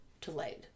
delayed